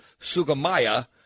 Sugamaya